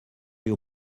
your